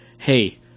hey